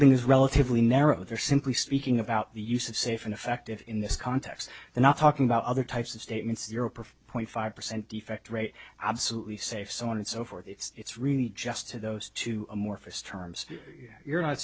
thing is relatively narrow there simply speaking about the use of safe and effective in this context and not talking about other types of statements europe or five point five percent defect rate absolutely safe so on and so forth it's really just to those two amorphous terms you're not